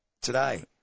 today